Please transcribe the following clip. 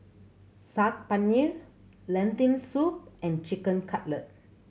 Saag Paneer Lentil Soup and Chicken Cutlet